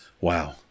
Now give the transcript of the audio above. Wow